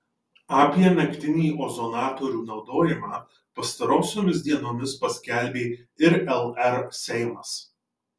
apie naktinį ozonatorių naudojimą pastarosiomis dienomis paskelbė ir lr seimas